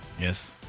Yes